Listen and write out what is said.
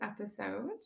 episode